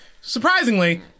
Surprisingly